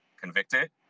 convicted